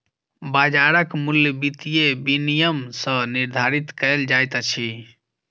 बाजारक मूल्य वित्तीय विनियम सॅ निर्धारित कयल जाइत अछि